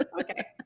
Okay